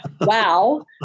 Wow